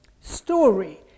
story